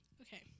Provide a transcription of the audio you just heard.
Okay